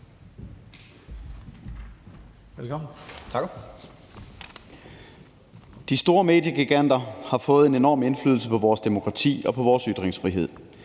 (S): Jeg takker. De store mediegiganter har fået en enorm indflydelse på vores demokrati og på vores ytringsfrihed.